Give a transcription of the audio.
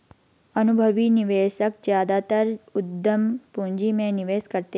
अनुभवी निवेशक ज्यादातर उद्यम पूंजी में निवेश करते हैं